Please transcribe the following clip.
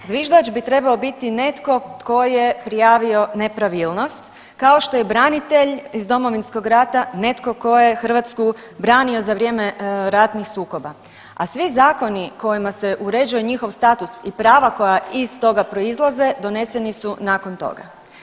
Zviždač bi trebao netko tko je prijavio nepravilnost, kao što je i branitelj iz Domovinskog rata netko tko je Hrvatsku branio za vrijeme ratnih sukoba, a svi zakoni kojima se uređuje njihov status i prava koja iz toga proizlaze doneseni su nakon toga.